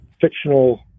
fictional